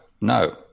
no